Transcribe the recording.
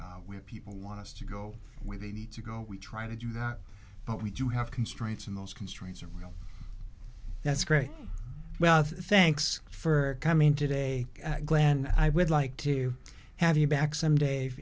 where people want us to go where they need to go we try to do that but we do have constraints in those constraints are real that's great well thanks for coming in today and i would like to have you back some day if